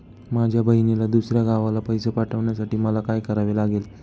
माझ्या बहिणीला दुसऱ्या गावाला पैसे पाठवण्यासाठी मला काय करावे लागेल?